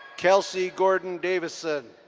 kelsey gordon davison.